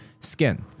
Skin